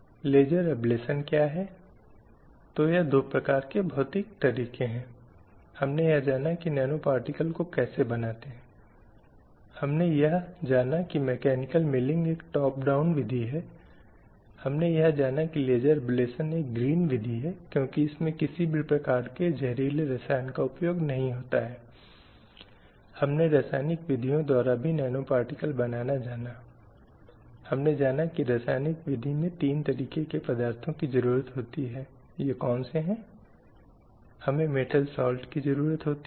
यह केवल एक तीसरा शुरुआती बिंदु था और ऐसा नहीं कि एक प्रमुख अंतर इस प्रक्रिया में लाया गया था लेकिन यह निश्चित रूप से समझने के संबंध में एक प्रारंभिक बिंदु था कि महिलाओं की मौजूदा स्थिति को विशेष रूप से संबोधित और परिवर्तित किया जाना चाहिए और यह महत्वपूर्ण है कि उनके अधिकारों को समाज में पहचानने की आवश्यकता है